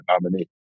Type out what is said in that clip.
nominee